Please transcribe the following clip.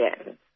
again